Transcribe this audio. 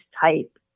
type